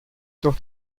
durch